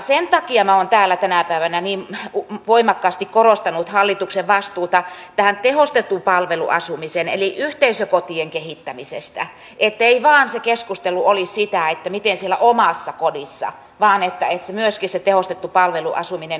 sen takia minä olen täällä tänä päivänä niin voimakkaasti korostanut hallituksen vastuuta tähän tehostettuun palveluasumiseen eli yhteisökotien kehittämiseen ettei vaan se keskustelu olisi sitä että miten siellä omassa kodissa vaan että myöskin se tehostettu palveluasuminen olisi se yhteisökoti